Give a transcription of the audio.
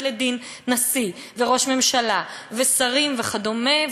לדין נשיא וראש ממשלה ושרים וכדומה,